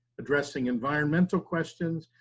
addressing environmental questions,